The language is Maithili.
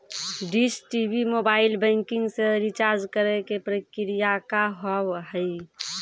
डिश टी.वी मोबाइल बैंकिंग से रिचार्ज करे के प्रक्रिया का हाव हई?